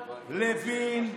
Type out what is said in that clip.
לוין,